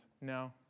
No